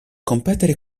competere